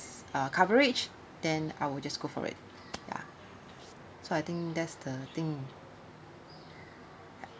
uh coverage then I will just go for it ya so I think that's the thing ya